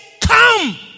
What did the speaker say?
Come